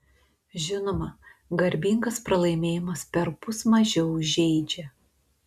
žinoma garbingas pralaimėjimas perpus mažiau žeidžia